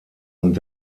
und